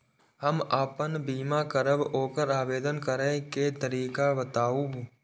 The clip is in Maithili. हम आपन बीमा करब ओकर आवेदन करै के तरीका बताबु?